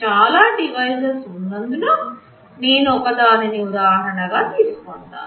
చాలా డివైసెస్ ఉన్నందున నేను ఒక దాని ని ఉదాహరణ గా తీసుకుంటాను